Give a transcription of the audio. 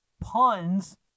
puns